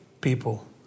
people